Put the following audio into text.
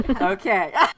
okay